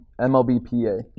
MLBPA